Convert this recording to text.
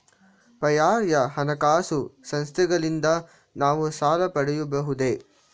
ಪರ್ಯಾಯ ಹಣಕಾಸು ಸಂಸ್ಥೆಗಳಿಂದ ನಾವು ಸಾಲ ಪಡೆಯಬಹುದೇ?